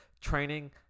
training